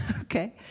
Okay